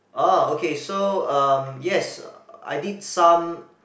ah okay so yes I did some